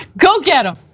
go get um